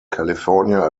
california